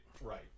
right